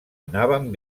anaven